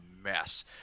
mess